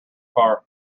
car